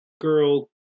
Girl